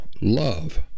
love